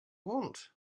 want